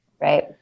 Right